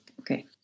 okay